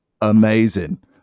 amazing